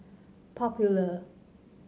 popular